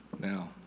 Now